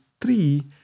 three